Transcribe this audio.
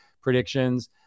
predictions